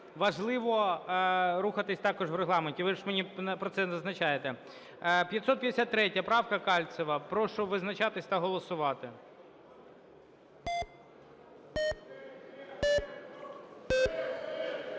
важливо рухатись також в Регламенті, ви ж мені про це зазначаєте. 553 правка, Кальцева. Прошу визначатись та визначатись.